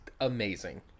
amazing